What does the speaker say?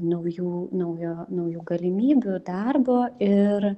naujų naujo naujų galimybių darbo ir